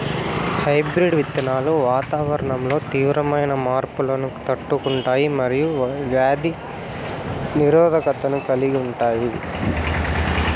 hybrid విత్తనాలు వాతావరణంలో తీవ్రమైన మార్పులను తట్టుకుంటాయి మరియు వ్యాధి నిరోధకతను కలిగి ఉంటాయి